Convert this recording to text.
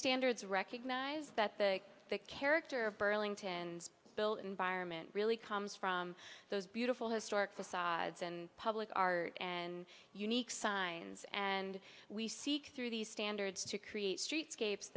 standards recognize that the character of burlington's built environment really comes from those beautiful historic facades and public art and unique signs and we seek through these standards to create streetscapes